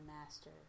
master